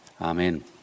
Amen